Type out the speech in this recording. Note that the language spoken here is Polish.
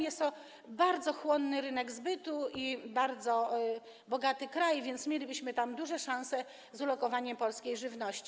Jest to bardzo chłonny rynek zbytu i bardzo bogaty kraj, więc mielibyśmy tam duże szanse z ulokowaniem polskiej żywności.